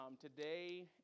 today